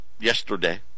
yesterday